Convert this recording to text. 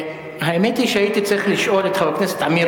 האמת היא שהייתי צריך לשאול את חבר הכנסת עמיר